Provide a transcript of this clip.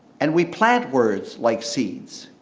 and we plant words like seeds.